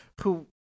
who-